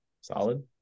Solid